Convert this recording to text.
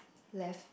left